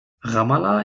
ramallah